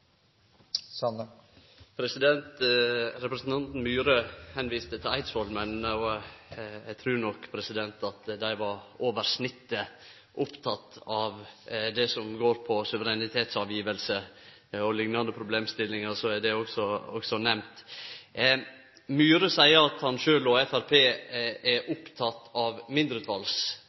behold. Representanten Myhre viste til Eidsvoll, men eg trur nok at dei var over snittet opptekne av det som går på suverenitetsfråskriving og liknande problemstillingar, så er det òg nemnt. Myhre seier at han sjølv og Framstegspartiet er opptekne av